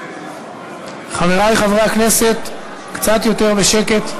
חברי חברי הכנסת, קצת יותר בשקט.